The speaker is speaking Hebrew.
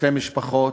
שתי משפחות,